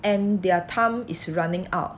and their time is running out